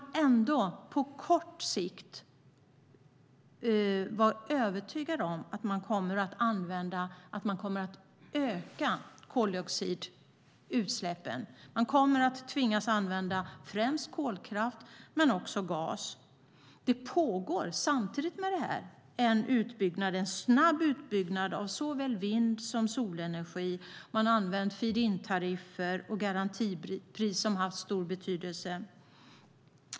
Men vi kan ändå vara övertygade om att koldioxidutsläppen kommer att öka på kort sikt. De kommer att tvingas använda främst kolkraft men också gas. Samtidigt med detta pågår det en snabb utbyggnad av såväl vind som solenergi. Där har man använt feed-in-tariffer och garantipris som har haft stor betydelse.